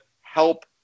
help